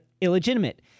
illegitimate